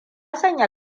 sanya